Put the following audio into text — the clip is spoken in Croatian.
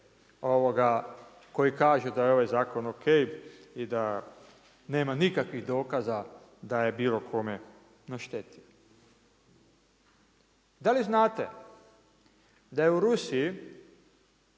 koji kažu da je ovaj zakon ok i da nema nikakvih dokaza da je bilo kome naštetio. Da li znate, da je u Rusiji,